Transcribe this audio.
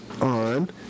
on